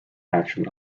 action